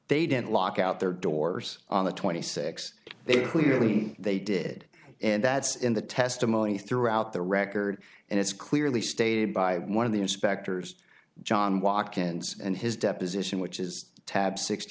they didn't lock out their doors on the twenty six they clearly they did and that's in the testimony throughout the record and it's clearly stated by one of the inspectors john watkins and his deposition which is tab sixty